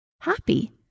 happy